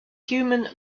human